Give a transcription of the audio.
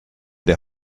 der